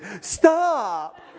stop